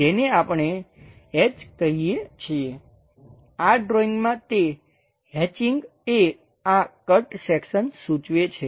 જેને આપણે હેચ કહીએ છીએ આ ડ્રૉઇંગમાં તે હેચિંગ એ આ કટ સેક્શન સૂચવે છે